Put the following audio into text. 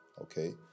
okay